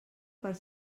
per